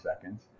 seconds